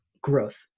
growth